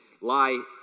lie